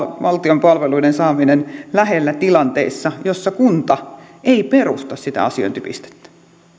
valtion palveluiden saamisesta lähelle tilanteissa joissa kunta ei perusta sitä asiointipistettä